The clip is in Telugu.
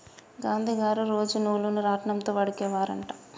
గాంధీ గారు రోజు నూలును రాట్నం తో వడికే వారు అంట